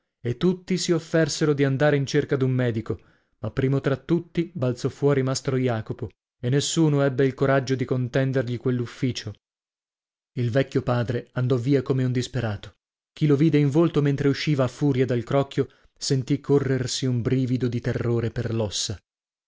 e tutti si offersero di andare in cerca d'un medico ma primo tra tutti balzò fuori mastro jacopo e nessuno ebbe il coraggio di contendergli quell'ufficio il vecchio padre andò via come un disperato chi lo vide in volto mentre usciva a furia dal crocchio senti corrersi un brivido di terrore per l'ossa